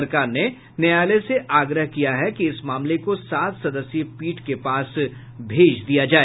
सरकार ने न्यायालय से आग्रह किया है कि इस मामले को सात सदस्यीय पीठ के पास भेज दिया जाए